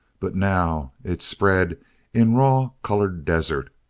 but now it spread in raw colored desert,